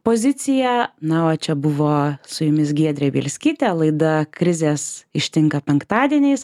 poziciją na o čia buvo su jumis giedrė bielskytė laida krizės ištinka penktadieniais